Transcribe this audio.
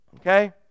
okay